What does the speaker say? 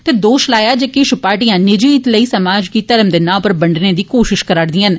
ते दोष लाया जे किश पार्टियां निजी हित लेई समाज गी धर्म दे नां उप्पर बंडने दी कोशिश करा र दियां न